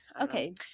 Okay